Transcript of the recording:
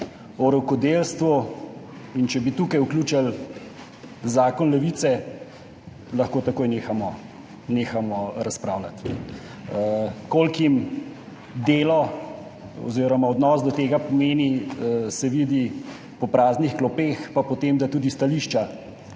o rokodelstvu in če bi tukaj vključili zakon Levice, lahko takoj nehamo razpravljati. Koliko jim pomeni delo oziroma odnos do tega, se vidi po praznih klopeh in po tem, da tudi stališča